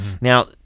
Now-